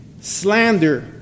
slander